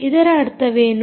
ಇದರ ಅರ್ಥವೇನು